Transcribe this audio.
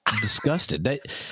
disgusted